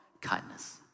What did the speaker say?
kindness